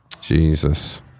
Jesus